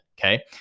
Okay